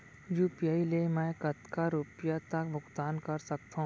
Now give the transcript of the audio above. UPI ले मैं कतका रुपिया तक भुगतान कर सकथों